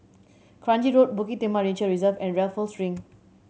Kranji Road Bukit Timah Nature Reserve and Raffles Link